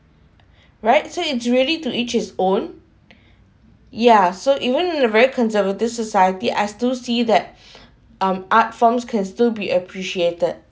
right so it's really to each it's own ya so even very conservative society as to see that um art forms can still be appreciated